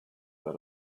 that